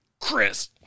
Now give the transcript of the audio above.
Chris